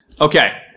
Okay